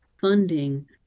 funding